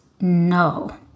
No